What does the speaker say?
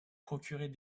procurait